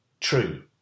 true